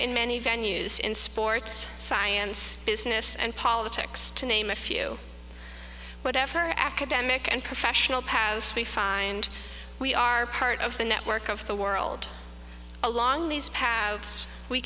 in many venues in sports science business and politics to name a few whatever academic and professional powerhouse we find we are part of the network of the world along these pass we